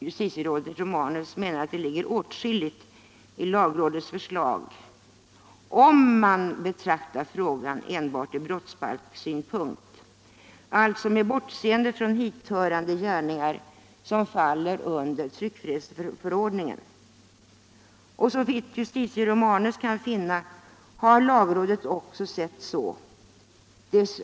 Justitierådet Romanus menar att det ligger åtskilligt i lagrådets förslag, om man betraktar frågan enbart från brottsbalkssynpunkt, alltså med bortseende från hithörande gärningar som faller under tryckfrihetsförordningen. Såvitt justitierådet Romanus kan finna har lagrådet också sett saken så.